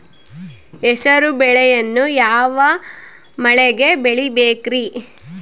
ಹೆಸರುಬೇಳೆಯನ್ನು ಯಾವ ಮಳೆಗೆ ಬೆಳಿಬೇಕ್ರಿ?